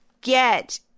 get